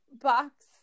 Box